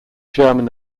german